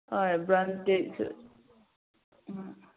ꯍꯣꯏ ꯕ꯭ꯔꯥꯟꯗꯦꯠꯁꯨ ꯎꯝ